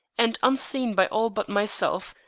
and unseen by all but myself,